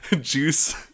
juice